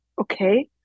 okay